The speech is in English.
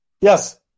Yes